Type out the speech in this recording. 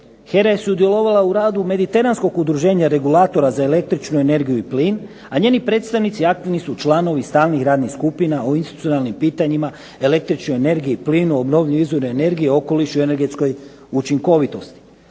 HERA je sudjelovala u radu mediteranskog udruženja regulatora za električnu energiju i plin, a njeni predstavnici aktivni su članovi stalnih radnih skupina o institucionalnim pitanjima o električnoj energiji, plinu, obnovljivom izvoru energiju, okolišu i energetskoj učinkovitosti.